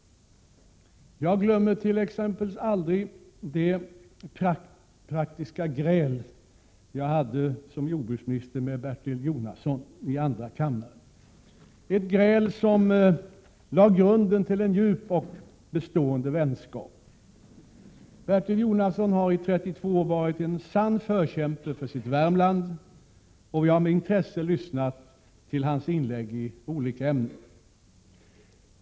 Jag glömmer t.ex. aldrig det gräl jag som jordbruksminister hade med Bertil Jonasson i andra kammaren, ett gräl som lade grunden till en djup och bestående vänskap. Bertil Jonasson har i 32 år varit en sann förkämpe för sitt Värmland, och vi har med intresse lyssnat till hans inlägg i olika ämnen.